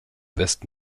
westen